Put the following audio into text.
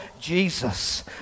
Jesus